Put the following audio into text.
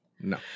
No